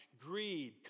greed